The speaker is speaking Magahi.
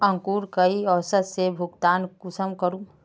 अंकूर कई औसत से भुगतान कुंसम करूम?